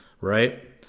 Right